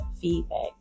feedback